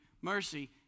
mercy